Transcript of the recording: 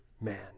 man